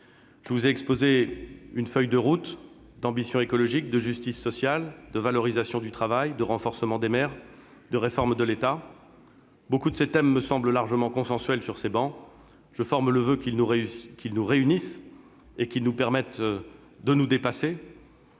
Je vous ai exposé une feuille de route d'ambition écologique, de justice sociale, de valorisation du travail, de renforcement des maires, de réforme de l'État. Nombre de ces thèmes me semblent largement consensuels sur vos travées ; je forme le voeu qu'ils nous réunissent et nous permettent de nous dépasser.